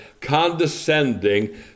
condescending